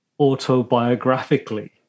autobiographically